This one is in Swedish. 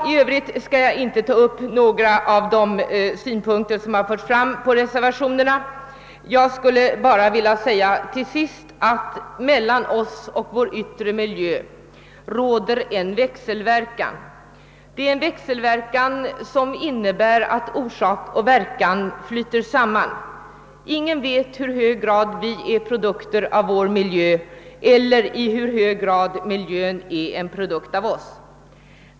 I övrigt skall jag inte ta upp de syn” punkter på reservationerna som framförts utan vill till sist bara säga att mellan oss och vår miljö råder ett växelspel som innebär att orsak och verkan flyter samman. Ingen vet i hur hög grad vi är produkter av vår miljö eller i hur hög grad miljön är en produkt av oss.